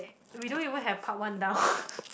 we don't even have part one down